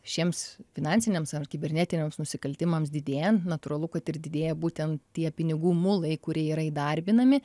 šiems finansiniams ar kibernetiniams nusikaltimams didėjan natūralu kad ir didėja būtent tie pinigų mulai kurie yra įdarbinami